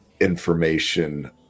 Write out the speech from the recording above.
information